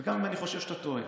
גם אם אני חושב שאתה טועה,